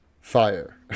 fire